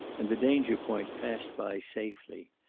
and the danger-point passed by safely.